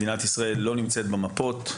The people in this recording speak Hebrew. מדינת ישראל לא נמצאת במפות,